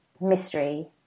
mystery